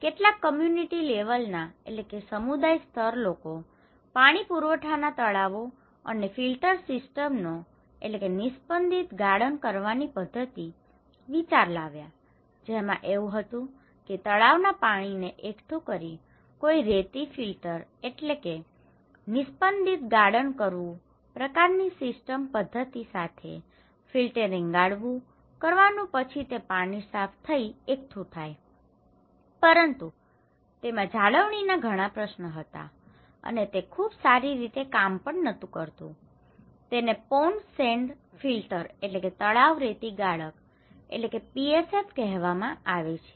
કેટલાક કમ્યૂનિટી લેવલના community level સમુદાય સ્તર લોકો પાણી પુરવઠાના તળાવો અને ફિલ્ટર સિસ્ટમનો filter system નિસ્પંદિત ગાળણ કરવાની પદ્ધતિ વિચાર લાવ્યા જેમાં એવું હતું કે તળાવના પાણીને એકઠું કરીને કોઈ રેતી ફિલ્ટર filter નિસ્પંદિત ગાળણ કરવું પ્રકારની સિસ્ટમ system પદ્ધતિ સાથે ફિલ્ટરિંગ filtering ગાળવું કરવાનું પછી તે પાણી સાફ થઈને એકઠું થાય પરંતુ તેમાં જાળવણીના ઘણા પ્રશ્નો હતા અને તે ખૂબ સારી રીતે કામ પણ નતું કરતું તેને pond send filter pond sand filter તળાવ રેતી ગાળક એટલે કે PSF કહેવામાં આવે છે